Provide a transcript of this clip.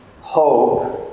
hope